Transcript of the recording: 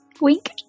Wink